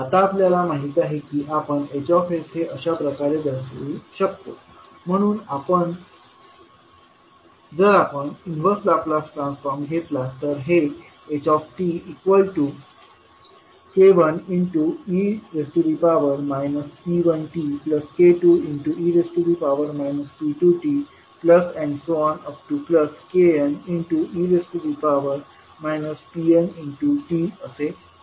आता आपल्याला माहिती आहे की आपण H हे अशाप्रकारे दर्शवू शकतो म्हणून जर आपण इन्वर्स लाप्लास ट्रान्सफॉर्म घेतला तर हे htk1e p1tk2e p2tkne pnt असे होईल